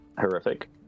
horrific